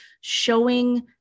showing